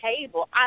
table